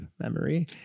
memory